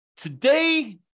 Today